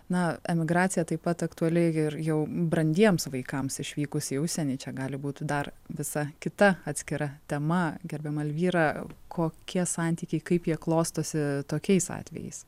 na emigracija taip pat aktuali ir jau brandiems vaikams išvykus į užsienį čia gali būt dar visa kita atskira tema gerbiamą vyrą kokie santykiai kaip jie klostosi tokiais atvejais